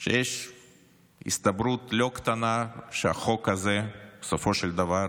שיש הסתברות לא קטנה שהחוק הזה בסופו של דבר